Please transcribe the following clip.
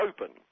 open